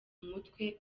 mutwe